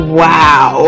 wow